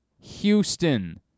Houston